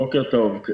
בוקר טוב.